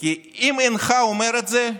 כי אם אינך אומר את זה,